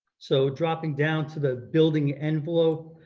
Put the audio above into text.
so dropping down to the building envelope,